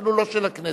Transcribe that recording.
אפילו לא של הכנסת.